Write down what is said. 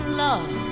love